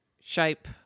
shape